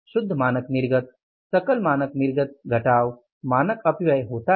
शुद्ध मानक निर्गत सकल मानक निर्गत घटाव मानक अपव्यय होता है